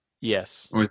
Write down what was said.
Yes